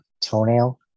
Toenail